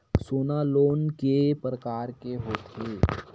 सोना लोन के प्रकार के होथे?